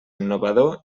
innovador